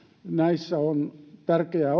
on tärkeää